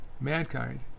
mankind